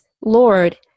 Lord